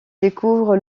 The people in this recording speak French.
découvre